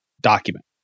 document